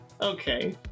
Okay